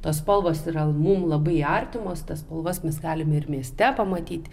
tos spalvos yra mum labai artimos tas spalvas mes galim ir mieste pamatyti